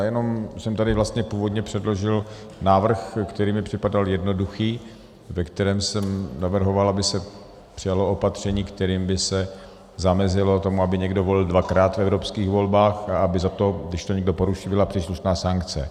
Já jenom jsem tady vlastně původně předložil návrh, který mi připadal jednoduchý, ve kterém jsem navrhoval, aby se přijalo opatření, kterým by se zamezilo tomu, aby někdo volil dvakrát v evropských volbách, a aby za to, kdy když to někdo poruší, byla příslušná sankce.